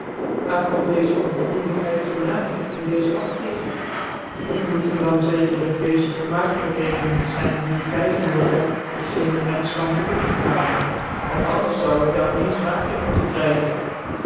waar komt deezc ongevoeligheid van daan en deeze afkeer het moeten dan zekerlijk deezc vermakelijkheden niet zyn die ik bygewoont heb t geen een menfeh kan gelukkig maken want anders zoude ik daar meer fmaak in moeten krygen